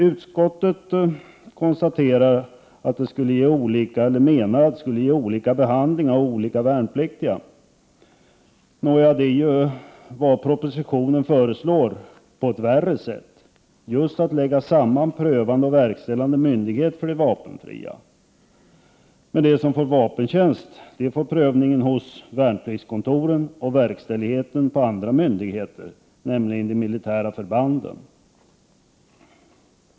Utskottet menar att detta skulle ge olika behandling av olika värnpliktiga. Nåja, det är ju vad propositionen föreslår på ett värre sätt — just att lägga samman prövande och verkställande myndighet för de vapenfria. Men de som får vapentjänst får prövningen hos värnpliktskontoren och verkställigheten hos andra myndigheter, nämligen de militära förbanden.